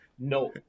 no